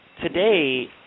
today